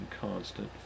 constant